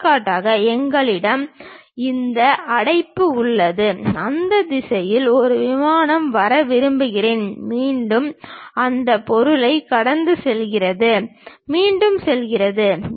எடுத்துக்காட்டாக எங்களிடம் இந்த அடைப்பு உள்ளது அந்த திசையில் ஒரு விமானம் வர விரும்புகிறேன் மீண்டும் அந்த பொருளைக் கடந்து செல்கிறது மீண்டும் செல்கிறது